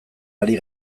ari